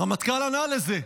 הרמטכ"ל ענה על זה.